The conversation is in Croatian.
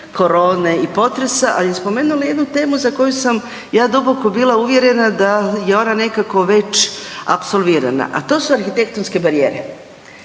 korone i potresa, a i spomenula jednu temu za koju sam ja duboko bila uvjerena da je ona nekako već apsolvirana, a to su arhitektonske barijere.